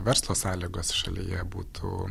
verslo sąlygos šalyje būtų